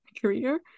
career